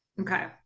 Okay